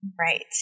Right